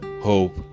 hope